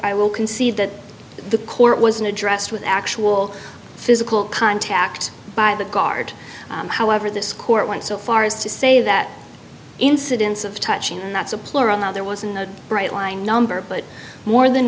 will concede that the court wasn't addressed with actual physical contact by the guard however this court went so far as to say that incidence of touching and that's a plural now there wasn't a bright line number but more than